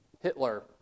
Hitler